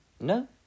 No